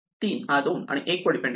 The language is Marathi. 3 हा 2 आणि 1 वर डिपेंड आहे